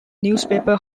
newspaper